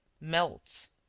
melts